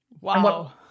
Wow